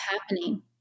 happening